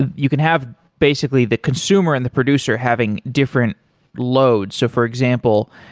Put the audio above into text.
and you can have basically the consumer and the producer having different loads. so for example,